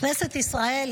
כנסת ישראל,